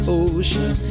ocean